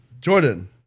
Jordan